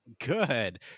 Good